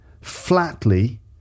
flatly